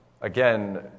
again